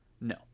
No